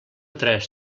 tres